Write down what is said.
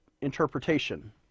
interpretation